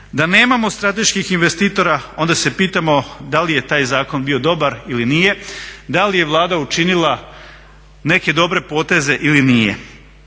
da nemamo strateških investitora onda se pitamo da li je taj zakon bio dobar, da li je Vlada učinila neke dobre poteze ili nije.